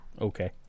okay